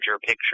picture